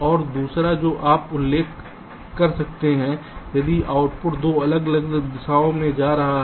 और दूसरा जो आप उल्लेख कर सकते हैं यदि आउटपुट 2 अलग अलग दिशाओं में जा रहा है